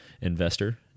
investor